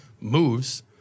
moves